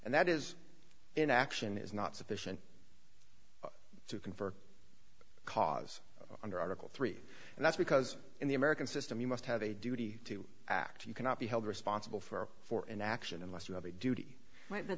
and that is in action is not sufficient to confer cause under article three and that's because in the american system you must have a duty to act you cannot be held responsible for a for an action unless you have a duty